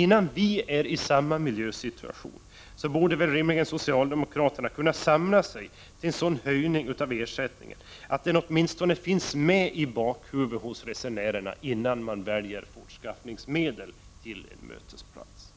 Innan vi har samma miljösituation som man har där bör socialdemokraterna kunna samla sig till att föreslå en höjning av ersättningen som gör att den åtminstone finns i bakhuvudet hos resenärerna när de skall välja fortskaffningsmedel till en mötesplats.